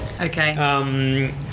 Okay